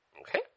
Okay